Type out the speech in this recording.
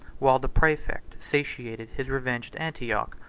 while the praefect satiated his revenge at antioch,